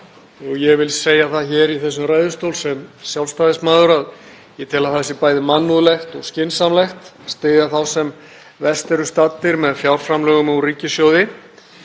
Ég vil segja það hér í þessum ræðustól sem Sjálfstæðismaður að ég tel að það sé bæði mannúðlegt og skynsamlegt að styðja þá sem verst eru staddir með fjárframlögum úr ríkissjóði